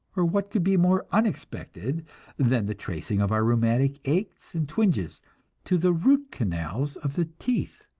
or what could be more unexpected than the tracing of our rheumatic aches and twinges to the root canals of the teeth!